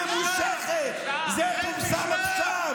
פורסם ממש לא מזמן,